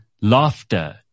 laughter